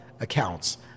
accounts